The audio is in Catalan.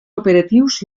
operatius